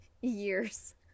years